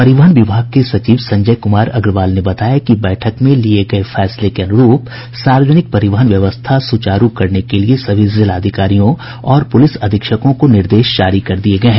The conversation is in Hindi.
परिवहन विभाग के सचिव संजय कुमार अग्रवाल ने बताया कि बैठक में लिये गये फैसले के अनुरूप सार्वजनिक परिवहन व्यवस्था सुचारू करने के लिए सभी जिलाधिकारियों और पुलिस अधीक्षकों को निर्देश जारी कर दिये गये हैं